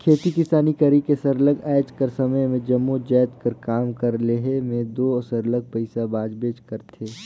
खेती किसानी करई में सरलग आएज कर समे में जम्मो जाएत कर काम कर लेहे में दो सरलग पइसा लागबेच करथे